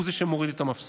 הוא זה שמוריד את המפסק.